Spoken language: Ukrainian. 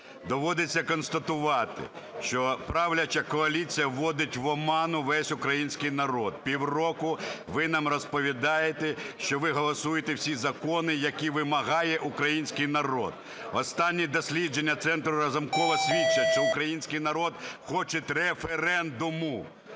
Доводиться констатувати, що правляча коаліція водить в оману весь український народ. Півроку ви нам розповідаєте, що ви голосуєте всі закони, які вимагає український народ. Останні дослідження центру Разумкова свідчать, що український народ хоче референдуму.